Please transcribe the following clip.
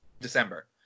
December